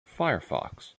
firefox